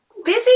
Busy